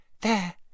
There